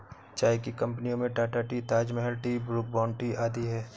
चाय की कंपनियों में Tata tea, Taj Mahal tea, Brooke Bond tea आदि है